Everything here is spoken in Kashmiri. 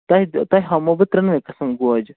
تۄہہِ تۄہہِ ہاومو بہٕ ترٛٮ۪نوَے قٕسٕم گوجہِ